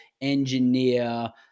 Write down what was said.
engineer